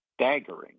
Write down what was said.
staggering